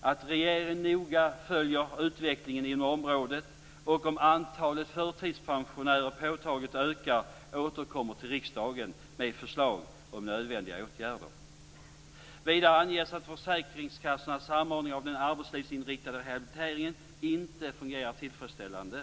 att regeringen noga följer utvecklingen inom området och om antalet förtidspensioner påtagligt ökar återkommer till riksdagen med förslag om nödvändiga åtgärder. Vidare anges att försäkringskassornas samordning av den arbetslivsinriktade rehabiliteringen inte fungerar tillfredsställande.